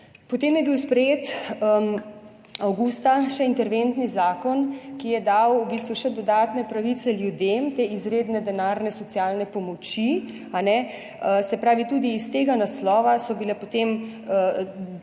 Potem je bil sprejet avgusta še interventni zakon, ki je dal v bistvu še dodatne pravice ljudem, te izredne denarne socialne pomoči. Tudi iz tega naslova so bile potem dodeljene,